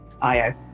IO